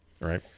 right